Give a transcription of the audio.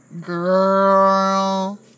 Girl